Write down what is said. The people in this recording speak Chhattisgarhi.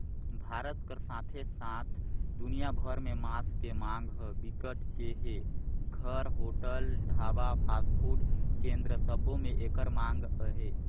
भारत कर साथे साथ दुनिया भर में मांस के मांग ह बिकट के हे, घर, होटल, ढाबा, फास्टफूड केन्द्र सबो में एकर मांग अहे